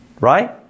right